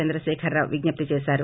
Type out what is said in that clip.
చంద్రశేఖర్ రావు విజ్ఞప్తి చేశారు